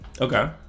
Okay